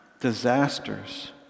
disasters